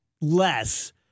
less